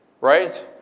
Right